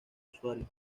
usuario